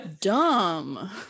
Dumb